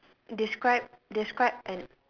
describe describe an